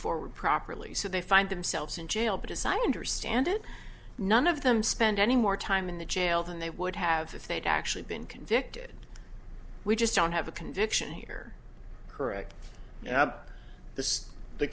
forward properly so they find themselves in jail but as i understand it none of them spend any more time in the jail than they would have if they'd actually been convicted we just don't have a conviction here